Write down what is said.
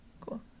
cool